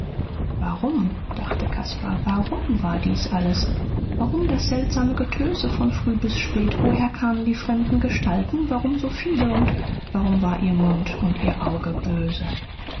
warum dachte caspar warum war dies alles warum das seltsame getöse von früh bis spät woher kamen die fremden gestalten warum so viele und warum war ihr mund und ihr auge böse